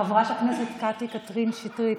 חברת הכנסת קטי קטרין שטרית,